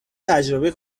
تجربه